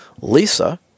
Lisa